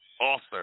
author